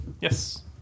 yes